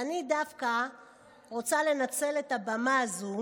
ואני דווקא רוצה לנצל את הבמה הזו